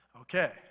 okay